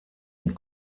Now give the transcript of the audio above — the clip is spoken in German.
und